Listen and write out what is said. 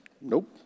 nope